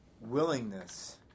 willingness